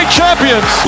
champions